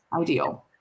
ideal